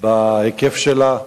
בהיקף שלה,